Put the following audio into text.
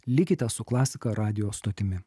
likite su klasika radijo stotimi